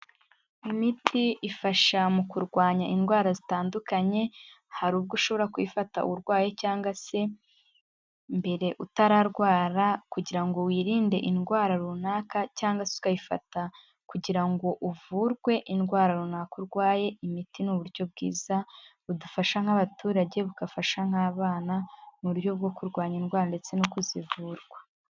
Imiti ifasha mu kurwanya indwara zitandukanye, hari ubwo ushobora kwiyifata urwaye cyangwa se mbere utararwara kugira ngo wirinde indwara runaka, cyangwa se ukayifata kugira ngo uvurwe indwara runaka urwaye, imiti ni uburyo bwiza budufasha nk'abaturage bugafasha nk'abana, mu buryo bwo kurwanya indwara ndetse no kuzivurwa.